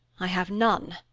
i have none,